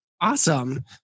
Awesome